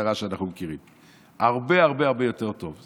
המשטרה שאנחנו מכירים, הרבה הרבה יותר טוב.